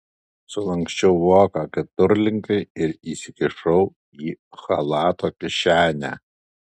sulanksčiau voką keturlinkai ir įsikišau į chalato kišenę